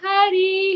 Hari